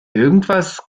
irgendwas